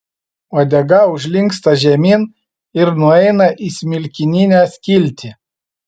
uodega užlinksta žemyn ir nueina į smilkininę skiltį